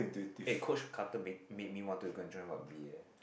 eh Coach-Carter make me want to go and join rugby eh